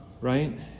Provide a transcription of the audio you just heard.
right